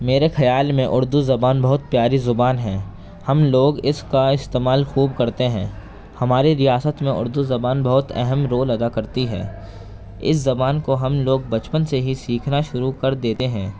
میرے خیال میں اردو زبان بہت پیاری زبان ہیں ہم لوگ اس کا استعمال خوب کرتے ہیں ہماری ریاست میں اردو زبان بہت اہم رول ادا کرتی ہے اس زبان کو ہم لوگ بچپن سے ہی سیکھنا شروع کر دیتے ہیں